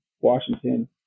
Washington